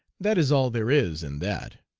that is all there is in that.